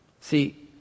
See